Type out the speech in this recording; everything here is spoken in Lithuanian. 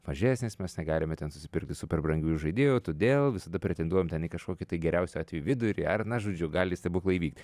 mažesnis mes negalime ten susipirkti super brangių žaidėjų todėl visada pretenduojam ten į kažkokį tai geriausiu atveju vidurį ar na žodžiu gali stebuklai įvykt